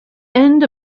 end